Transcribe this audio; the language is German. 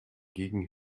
gegen